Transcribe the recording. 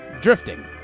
Drifting